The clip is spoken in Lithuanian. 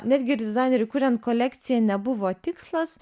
netgi ir dizaineriui kuriant kolekciją nebuvo tikslas